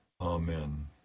Amen